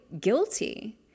guilty